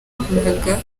bukangurambaga